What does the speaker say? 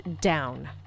down